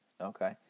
Okay